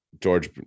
George